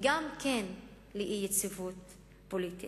וגם כן לאי-יציבות פוליטית.